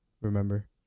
remember